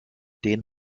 den